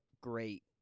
great